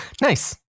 Nice